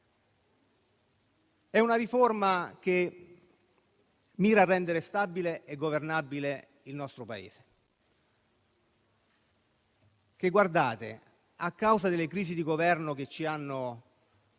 La riforma mira a rendere stabile e governabile il nostro Paese che, a causa delle crisi di Governo che ci hanno visti